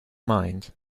mind